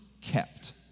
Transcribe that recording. kept